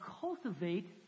cultivate